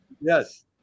Yes